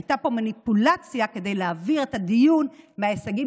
הייתה פה מניפולציה כדי להעביר את הדיון מההישגים